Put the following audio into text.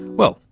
well,